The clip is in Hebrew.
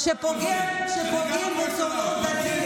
גם אני כועס עליו.